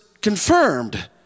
confirmed